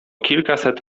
kilkaset